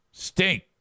Stink